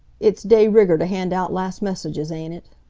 it's de rigger t' hand out last messages, ain't it?